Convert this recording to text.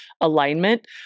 alignment